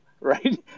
right